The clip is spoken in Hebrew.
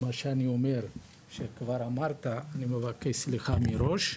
מה שאני אומר שכבר אמרת, אני מבקש סליחה מראש.